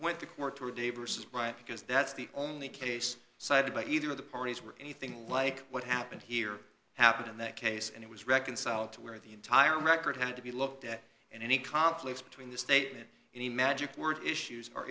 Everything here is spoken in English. went to court today versus bryant because that's the only case cited by either of the parties were anything like what happened here happened in that case and it was reconciled to where the entire record had to be looked at and any conflicts between the state and any magic word issues are